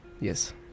Yes